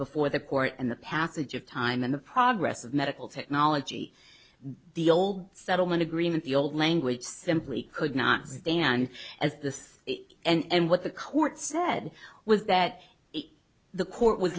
before the court and the passage of time and the progress of medical technology the old settlement agreement the old language simply could not stand as this and what the court said was that the court w